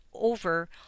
over